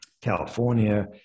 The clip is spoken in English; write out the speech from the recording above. california